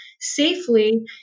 safely